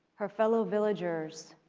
her fellow villagers